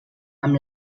amb